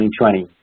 2020